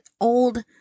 old